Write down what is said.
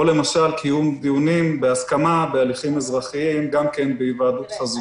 או למשל קיום דיונים בהסכמה בהליכים אזרחיים גם כן בהיוועדות חזותית.